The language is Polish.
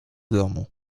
domu